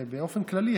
באופן כללי,